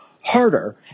harder